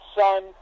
son